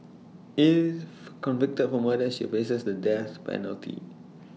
if convicted of murder she faces the death penalty